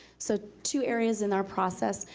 so two areas in our process,